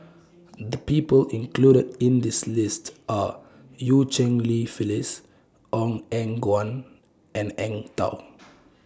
The People included in This list Are EU Cheng Li Phyllis Ong Eng Guan and Eng Tow